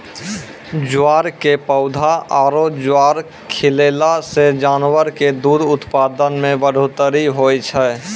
ज्वार के पौधा आरो ज्वार खिलैला सॅ जानवर के दूध उत्पादन मॅ बढ़ोतरी होय छै